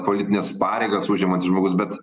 politines pareigas užimantis žmogus bet